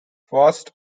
first